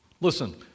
Listen